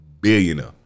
billionaire